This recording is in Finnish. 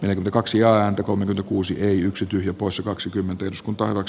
yli kaksi ääntä kolme kuusi yksi tyhjä poissa kaksikymmentä iskut ovat